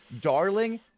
darling